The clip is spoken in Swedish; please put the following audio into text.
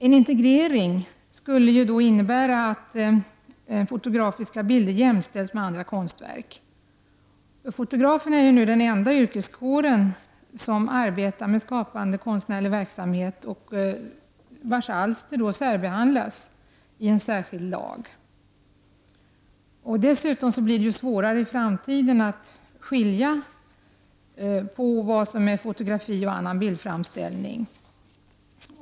En integrering skulle innebära att fotografiska bilder jämställs med andra konstverk. Fotograferna är nu den enda yrkeskår som arbetar med skapande konstnärlig verksamhet vilkas alster behandlas i en särskild lag. I framtiden blir det dessutom svårare att skilja mellan fotografi och annan bildframställning.